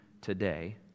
today